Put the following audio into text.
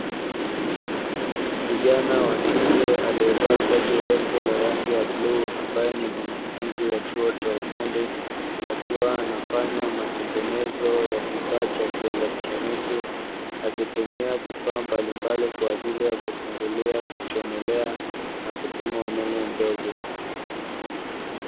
Kijana wa kike aliyevaa koti refu la rangi ya bluu, ambaye ni mwanafunzi wa chuo cha ufundi; akiwa anafanya matengenezo ya kifaa cha kielektroniki akitumia vifaa mbalimbali kwa ajili ya kufungulia, kuchomelea na kupima umeme mdogo.